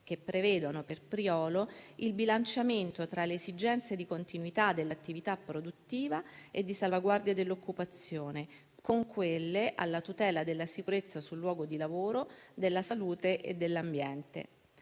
che prevedono per Priolo il bilanciamento tra le esigenze di continuità dell'attività produttiva e di salvaguardia dell'occupazione con quelle di tutela della sicurezza sul luogo di lavoro, della salute e dell'ambiente.